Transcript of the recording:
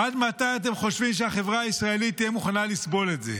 עד מתי אתם חושבים שהחברה הישראלית תהיה מוכנה לסבול את זה?